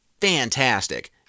fantastic